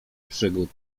przygód